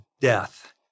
death